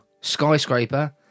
Skyscraper